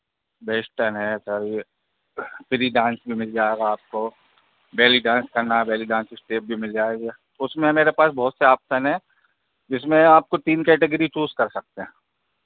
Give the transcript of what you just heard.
western है sir यह belly dance भी मिल जाएगा आपको बेली डांस करना बेली डांस इस्टेप भी मिल जाएगा उसमें मेरे पास बहुत से ऑप्शन है जिसमें आपको तीन कैटेगरी चूस कर सकते हैं